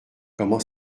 comment